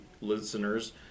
listeners